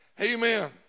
Amen